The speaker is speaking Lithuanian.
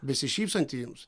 besišypsantį jums